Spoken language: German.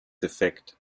defekt